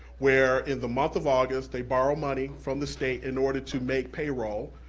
where in the month of august they borrow money from the state in order to make payroll,